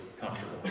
comfortable